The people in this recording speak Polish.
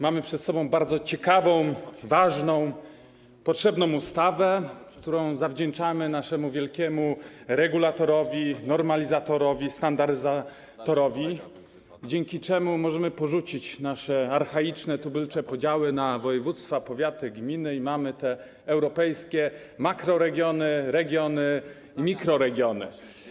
Mamy przed sobą bardzo ciekawą, ważną, potrzebną ustawę, którą zawdzięczamy naszemu wielkiemu regulatorowi, normalizatorowi, standaryzatorowi, dzięki czemu możemy porzucić nasze archaiczne, tubylcze podziały na województwa, powiaty, gminy i mamy te europejskie makroregiony, regiony, mikroregiony.